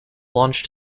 launched